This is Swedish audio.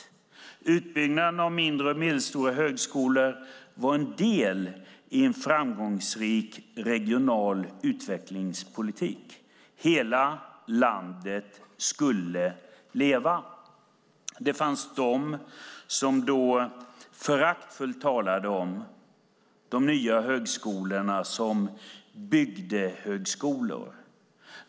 Utbyggnaden av mindre och medelstora högskolor var en del i en framgångsrik regional utvecklingspolitik. Hela landet skulle leva. Det fanns de som föraktfullt talade om de nya högskolorna som bygdehögskolor.